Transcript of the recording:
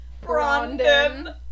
Brandon